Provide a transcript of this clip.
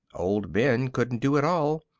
old ben couldn't do it all.